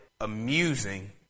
amusing